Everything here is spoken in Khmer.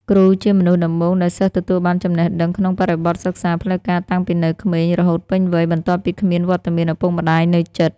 គ្រូជាមនុស្សដំបូងដែលសិស្សទទួលបានចំណេះដឹងក្នុងបរិបទសិក្សាផ្លូវការតាំងពីនៅក្មេងរហូតពេញវ័យ បន្ទាប់ពីគ្មានវត្តមានឱពុកម្តាយនៅជិត។